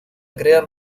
crear